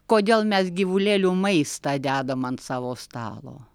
kodėl mes gyvulėlių maistą dedam ant savo stalo